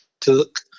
took